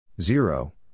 zero